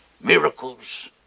miracles